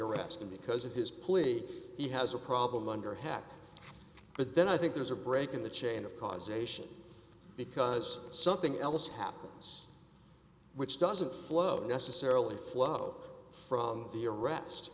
arrest and because of his plea he has a problem under hack but then i think there's a break in the chain of causation because something else happens which doesn't flow necessarily flow from the arrest